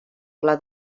pla